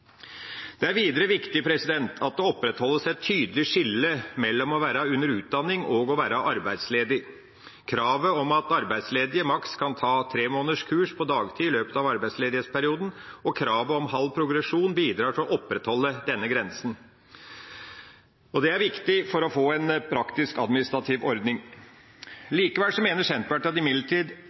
Det er videre viktig at det opprettholdes et tydelig skille mellom å være under utdanning og å være arbeidsledig. Kravet om at arbeidsledige maks kan ta tre måneders kurs på dagtid i løpet av arbeidsledighetsperioden, og kravet om halv progresjon, bidrar til å opprettholde denne grensa. Det er viktig for å få en praktisk administrativ ordning. Likevel mener Senterpartiet at